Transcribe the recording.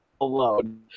alone